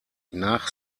nach